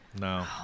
No